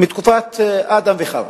מתקופת אדם וחוה,